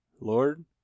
Lord